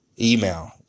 email